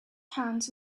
hands